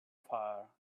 fire